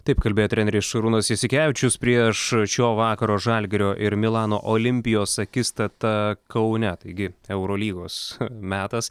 taip kalbėjo treneris šarūnas jasikevičius prieš šio vakaro žalgirio ir milano olimpios akistatą kaune taigi eurolygos metas